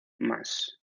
más